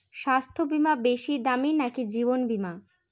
স্বাস্থ্য বীমা বেশী দামী নাকি জীবন বীমা?